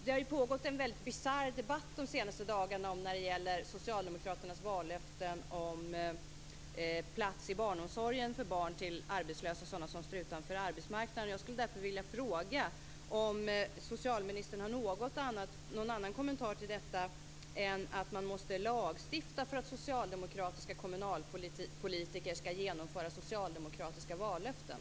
Det har ju pågått en mycket bisarr debatt under de senaste dagarna om Socialdemokraternas vallöften om plats i barnomsorgen för barn till arbetslösa, till dem som står utanför arbetsmarknaden. Jag skulle därför vilja fråga om socialministern har någon annan kommentar till detta än att man måste lagstifta för att socialdemokratiska kommunalpolitiker skall genomföra socialdemokratiska vallöften.